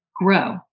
grow